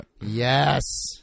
Yes